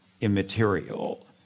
immaterial